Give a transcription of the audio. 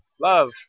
love